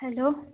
hello